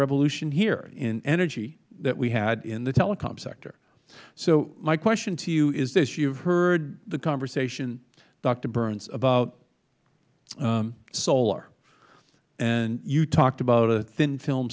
revolution here in energy that we had in the telecom sector so my question to you is this you have heard the conversation doctor burns about solar and you talked about a thin film